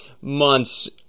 months